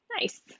Nice